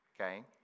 okay